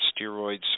steroids